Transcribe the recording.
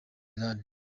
iran